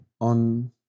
on